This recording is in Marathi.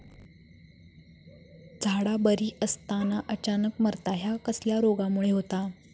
झाडा बरी असताना अचानक मरता हया कसल्या रोगामुळे होता?